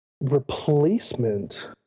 replacement